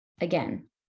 again